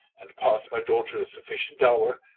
and pass my daughter a sufficient dower,